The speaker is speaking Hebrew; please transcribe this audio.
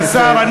כבוד השר,